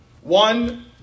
One